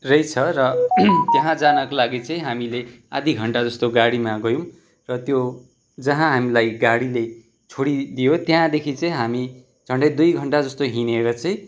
रहेछ र त्यहाँ जानका लागि चाहिँ हामीले आधा घन्टाजस्तो गाडीमा गयौँ र त्यो जहाँ हामीलाई गाडीले छोडिदियो त्यहाँदेखि चाहिँ हामी झन्डै दुई घन्टाजस्तो हिँडेर चाहिँ